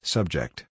Subject